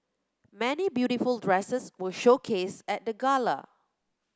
many beautiful dresses were showcased at the gala